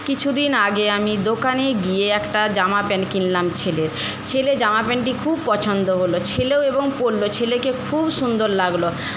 কিছুদিন আগে আমি দোকানে গিয়ে একটা জামা প্যান্ট কিনলাম ছেলের ছেলে জামা প্যান্টটি খুব পছন্দ হল ছেলেও এবং পরল ছেলেকে খুব সুন্দর লাগলো